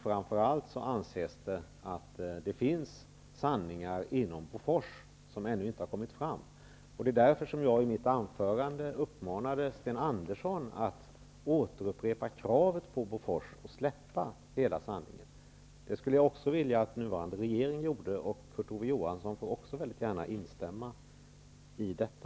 Framför allt anses det att det finns sanningar inom Bofors som ännu inte har kommit fram. Det är därför som jag i mitt anförande uppmanade Sten Andersson att återupprepa kravet på Bofors att släppa hela sanningen. Det skulle jag vilja att även den nuvarande regeringen gjorde. Kurt Ove Johansson får också mycket gärna instämma i detta.